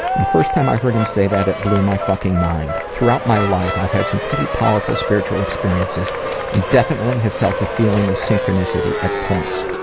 and first time i heard him say that it blew my fucking mind. throughout my life i've had some pretty powerful spiritual experiences and definitely have felt the feeling of synchronicity at points.